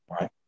right